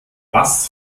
was